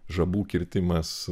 žabų kirtimas